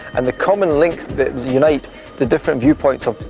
and the common links that unite the different viewpoints of,